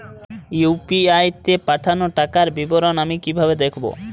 UPI তে পাঠানো টাকার বিবরণ আমি কিভাবে দেখবো?